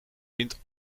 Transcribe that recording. wint